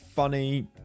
Funny